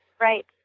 Right